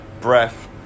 breath